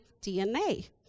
DNA